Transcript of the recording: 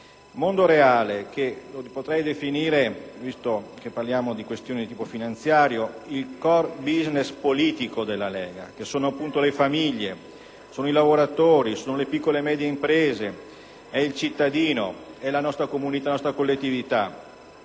mondo reale che potrei definire, visto che parliamo di questioni di tipo finanziario, il *core business* politico della Lega, che sono appunto le famiglie, i lavoratori, le piccole e medie imprese; è il cittadino, è la nostra comunità, la nostra collettività.